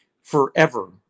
forever